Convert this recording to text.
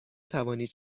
توانید